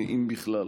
אם בכלל.